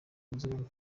muzungu